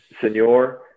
Senor